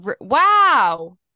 wow